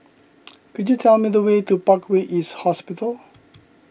could you tell me the way to Parkway East Hospital